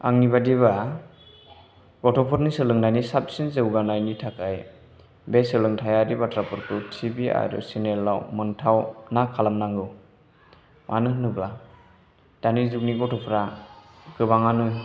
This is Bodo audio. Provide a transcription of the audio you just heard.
आंनि बादिब्ला गथ'फोरनि सोलोंनायनि साबसिन जौगानायनि थाखाय बे सोलोंथायारि बाथ्राफोरखौ टि भि आरो सेनेल आव मोनथावना खालामनांगौ मानो होनोब्ला दानि जुगनि गथ'फोरा गोबांआनो